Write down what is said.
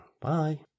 Bye